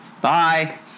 Bye